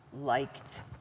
liked